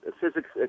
physics